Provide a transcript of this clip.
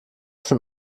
schon